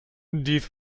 dies